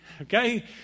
Okay